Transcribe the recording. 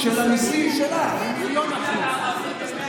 במיליון אחוז.